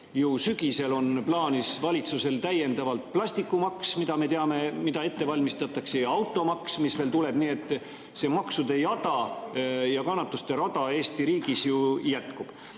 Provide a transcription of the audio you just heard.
veel, sügisel on plaanis valitsusel täiendavalt plastikumaks, mille kohta me teame, et seda ette valmistatakse, ja automaks, mis veel tuleb. Nii et see maksude jada ja kannatuste rada Eesti riigis ju jätkub.